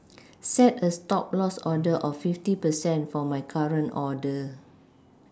set a stop loss order of fifty percent for my current order